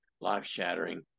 life-shattering